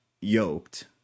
yoked